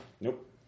Nope